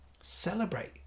Celebrate